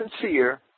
sincere